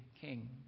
king